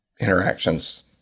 interactions